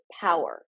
power